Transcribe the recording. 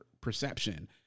perception